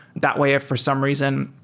that way if for some reason,